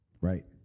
Right